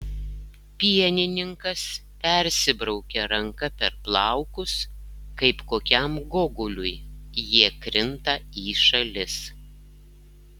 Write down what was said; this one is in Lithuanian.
pienininkas persibraukia ranka per plaukus kaip kokiam gogoliui jie krinta į šalis